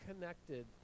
connected